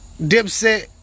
Dipset